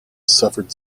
suffered